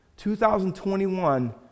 2021